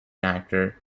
actor